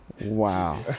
Wow